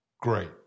Great